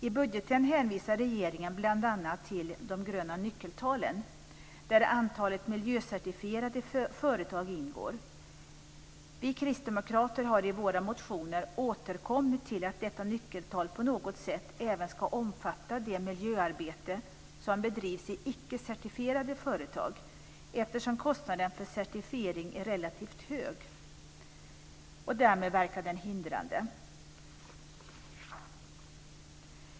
I budgeten hänvisar regeringen bl.a. till de gröna nyckeltalen, där antalet miljöcertifierade företag ingår. Vi kristdemokrater har i våra motioner återkommit till att detta nyckeltal på något sätt även ska omfatta det miljöarbete som bedrivs i icke-certifierade företag, eftersom kostnaden för certifiering är relativt hög och därmed verkar hindrande.